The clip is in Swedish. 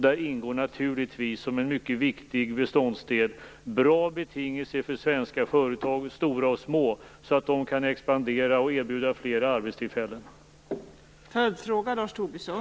Där ingår naturligtvis som en viktig beståndsdel bra betingelser för svenska företag, stora och små, så att de kan expandera och erbjuda fler arbetstillfällen.